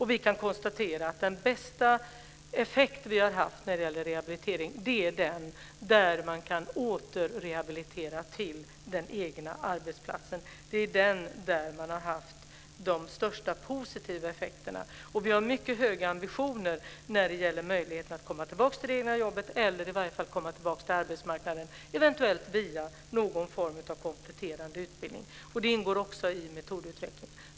Vi kan konstatera att vi har fått den bästa effekten, när det gäller rehabilitering, när människor har kunnat återrehabiliteras till sina egna arbetsplatser. Det är då man har sett de mest positiva effekterna. Och vi har mycket höga ambitioner när det gäller människors möjlighet att komma tillbaka till de egna jobben eller i varje fall till arbetsmarknaden. Eventuellt sker det via någon form av kompletterande utbildning. Det ingår också i metodutveckling.